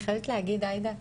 אני חייבת להגיד, עאידה,